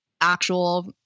actual